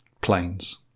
planes